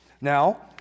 Now